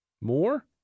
more